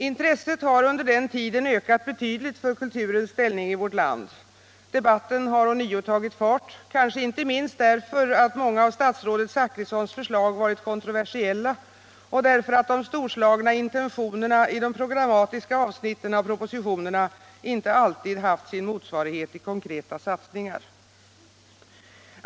Intresset har under denna tid ökat betydligt för kulturens ställning i vårt land, debatten har ånyo tagit fart, kanske inte minst därför att många av statsrådet Zachrissons förslag varit kontroversiella och därför att de storslagna intentionerna i de programmatiska avsnitten av propositionerna inte alltid haft sin motsvarighet i konkreta satsningar.